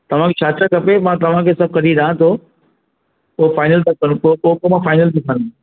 तव्हांखे छा छा खपे मां तव्हांखे सभु कढी ॾियां थो पोइ फ़ाइनल था करूं पोइ पोइ पोइ मां फ़ाइनल ॾेखारींदमि